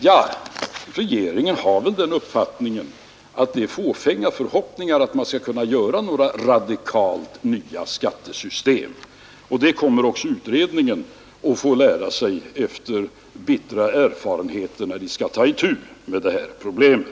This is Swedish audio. Ja, regeringen har uppfattningen att det är fåfänga förhoppningar att man skall kunna göra några radikalt nya skattesystem. Det kommer också utredningen att efter bittra erfarenheter få lära sig när den skall ta itu med det här problemet.